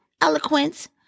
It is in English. eloquence